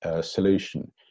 solution